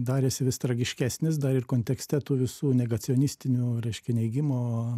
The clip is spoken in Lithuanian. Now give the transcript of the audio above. darėsi vis tragiškesnis dar ir kontekste tų visų nega sionistinių reiškia neigimo